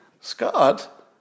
Scott